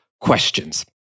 questions